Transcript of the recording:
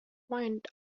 wind